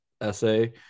essay